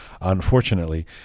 unfortunately